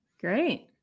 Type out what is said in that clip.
Great